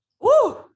Woo